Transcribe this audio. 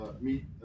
meet